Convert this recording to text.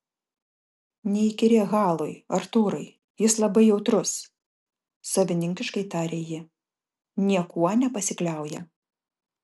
neįkyrėk halui artūrai jis labai jautrus savininkiškai tarė ji niekuo nepasikliauja